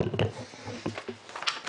בשעה